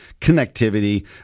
connectivity